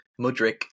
Mudrick